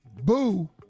boo